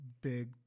big